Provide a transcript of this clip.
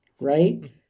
Right